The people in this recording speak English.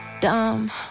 Dumb